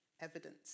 evidence